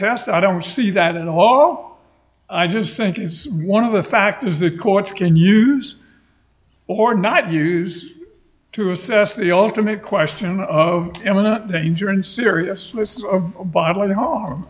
test i don't see that at all i just think it's one of the fact is the courts can use or not use to assess the ultimate question of imminent danger and seriousness of bodily harm